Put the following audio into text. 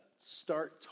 start